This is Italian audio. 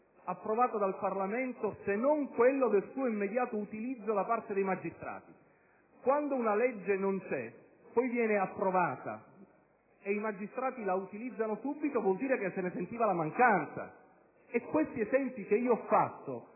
approvata dal Parlamento se non quello del suo immediato utilizzo da parte dei magistrati? Quando una legge non c'è e poi viene approvata e i magistrati la utilizzano subito vuol dire che se ne sentiva la mancanza. Gli esempi che ho fatto